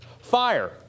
fire